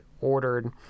ordered